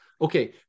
Okay